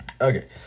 Okay